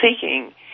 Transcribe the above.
seeking